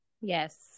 Yes